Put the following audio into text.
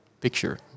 picture